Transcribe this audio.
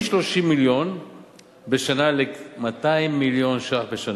מ-30 מיליון בשנה ל-200 מיליון שקלים בשנה.